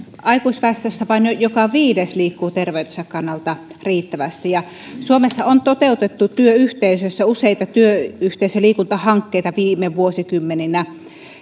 aikuisväestöstä vain joka viides liikkuu terveytensä kannalta riittävästi suomessa on toteutettu työyhteisöissä useita työyhteisöliikuntahankkeita viime vuosikymmeninä